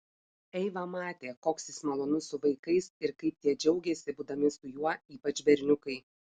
eiva matė koks jis malonus su vaikais ir kaip tie džiaugiasi būdami su juo ypač berniukai